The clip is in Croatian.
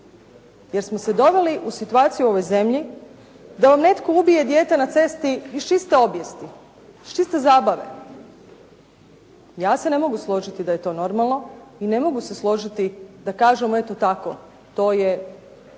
jer smo se doveli u situaciju u ovoj zemlji da vam netko ubije dijete na cesti iz čiste obijesti, iz čiste zabave. Ja se ne mogu složiti da je to normalno i ne mogu se složiti da kažemo eto tako to je